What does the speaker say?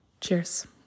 Cheers